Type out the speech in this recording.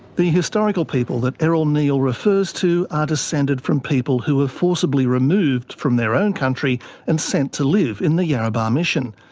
the historical people that errol neal refers to are descended from people who were forcibly removed from their own country and sent to live in the yarrabah mission.